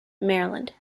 maryland